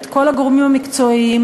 את כל הגורמים המקצועיים,